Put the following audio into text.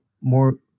more